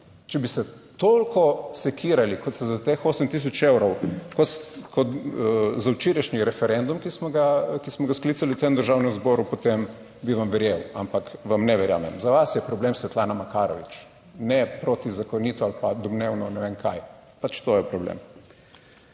Če bi se toliko sekirali, kot se za teh 8000 evrov, za včerajšnji referendum, ki smo ga, ki smo ga sklicali v tem Državnem zboru, potem bi vam verjel, ampak vam ne verjamem. Za vas je problem Svetlana Makarovič, ne protizakonito ali pa domnevno, ne vem kaj, pač to je problem.